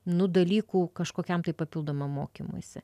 nu dalykų kažkokiam tai papildomam mokymuisi